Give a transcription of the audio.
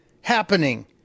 happening